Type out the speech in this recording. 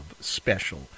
Special